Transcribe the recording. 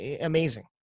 amazing